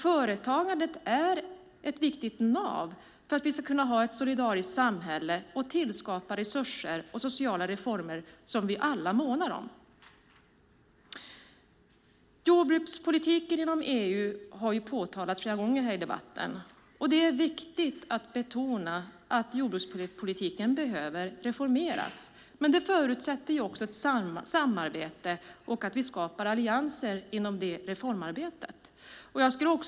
Företagandet är ett viktigt nav för att vi ska kunna ha ett solidariskt samhälle och skapa de resurser och sociala reformer som vi alla månar om. Jordbrukspolitiken inom EU har kommit upp flera gånger i debatten. Det är viktigt att betona att jordbrukspolitiken behöver reformeras. Det förutsätter dock ett samarbete och att vi skapar allianser inom detta reformarbete.